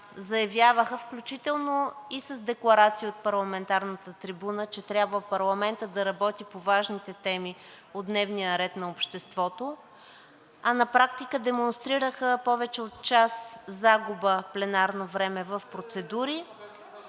заявяваха, включително и с декларации от парламентарната трибуна, че трябва парламентът да работи по важните теми от дневния ред на обществото, а на практика демонстрираха повече от час загуба на пленарно време в процедури